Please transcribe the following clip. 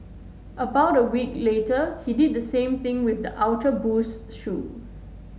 about a week later he did the same thing with the Ultra Boost shoe